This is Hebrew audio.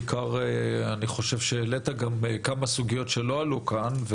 אני חושב שהעלית כמה סוגיות שלא עלו כאן,